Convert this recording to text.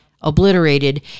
obliterated